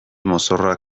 mozorroa